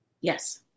Yes